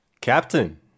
captain